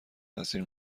تاثیر